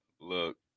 Look